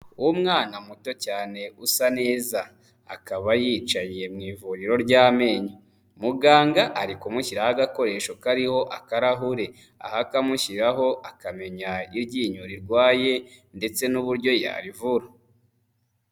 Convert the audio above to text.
Umwana muto cyane usa neza akaba yiyicariye mu ivuriro ry'amenyo, muganga ari kumushyiraho agakoresho kariho akarahure aho akamushyiraho akamenya iryinyo rirwaye ndetse n'uburyo yarivura.